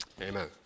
Amen